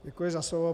Děkuji za slovo.